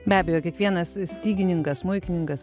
be abejo kiekvienas stygininkas smuikininkas